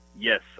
Yes